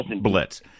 blitz